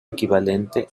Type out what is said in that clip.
equivalente